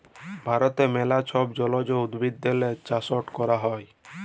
ভারতে ম্যালা ছব জলজ উদ্ভিদেরলে চাষট ক্যরা হ্যয়